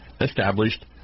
established